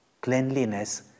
cleanliness